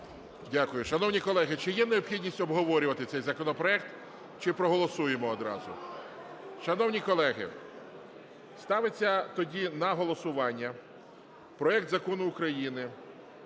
Дякую. Шановні колеги, чи є необхідність обговорювати цей законопроект, чи проголосуємо одразу? Шановні колеги, ставиться тоді на голосування проект Закону України